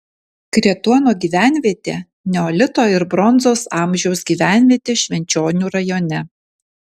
kretuono gyvenvietė neolito ir bronzos amžiaus gyvenvietė švenčionių rajone